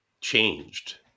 changed